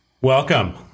Welcome